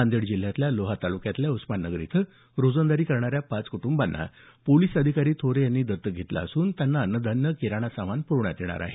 नांदेड जिल्ह्यातल्या लोहा तालुक्यातल्या उस्माननगर इथं रोजंदारी करण्याऱ्या पाच कुटंबांना पोलीस अधिकारी थोरे यांनी दत्तक घेतले असून त्यांना अन्नधान्य किराणा सामान प्रवण्यात येणार आहे